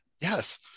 Yes